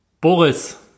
Boris